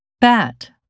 Bat